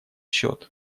счет